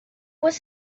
was